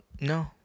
no